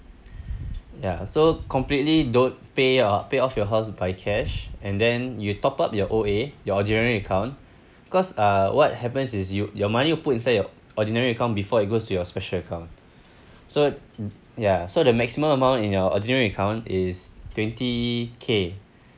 ya so completely don't pay uh pay off your house by cash and then you top up your O_A your ordinary account because uh what happens is you your money you put inside your ordinary account before it goes to your special account so ya so the maximum amount in your ordinary account is twenty K